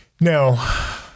Now